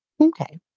Okay